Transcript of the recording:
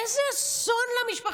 איזה אסון למשפחה.